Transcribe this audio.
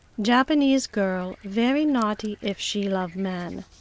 japanese girl very naughty if she love man.